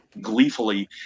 gleefully